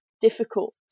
difficult